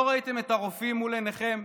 לא ראיתם את הרופאים מול עיניכם,